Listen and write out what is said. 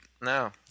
No